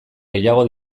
gehiago